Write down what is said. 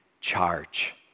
charge